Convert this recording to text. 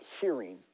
hearing